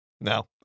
no